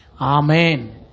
Amen